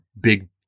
big